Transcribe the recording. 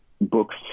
books